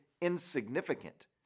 insignificant